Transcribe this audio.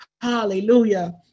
Hallelujah